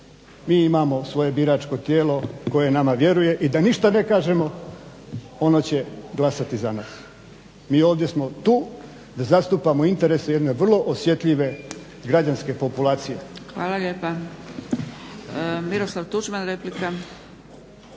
mi imamo svoje biračko tijelo koje nama vjeruje i da ništa ne kažemo ono će glasati za nas. Mi ovdje smo tu da zastupamo interese jedne vrlo osjetljive građanske populacije. **Zgrebec, Dragica (SDP)** Hvala lijepa. Miroslav Tuđman, replika.